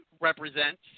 represents